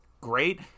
great